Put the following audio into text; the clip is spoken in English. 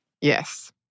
Yes